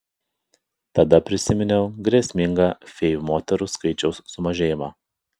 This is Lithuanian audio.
tada prisiminiau grėsmingą fėjų moterų skaičiaus sumažėjimą